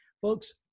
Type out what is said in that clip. folks